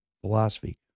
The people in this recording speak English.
philosophy